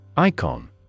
Icon